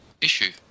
issue